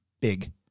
Big